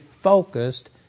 focused